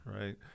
Right